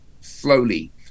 slowly